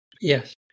Yes